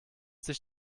sich